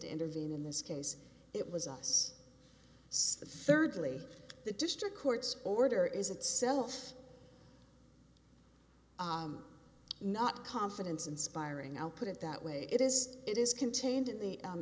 to intervene in this case it was us so thirdly the district court's order is itself not confidence inspiring i'll put it that way it is it is contained in the